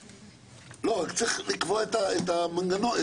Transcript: רק צריך לקבוע את המנגנון,